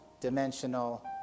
dimensional